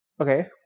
okay